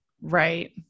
Right